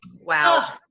Wow